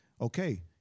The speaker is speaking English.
Okay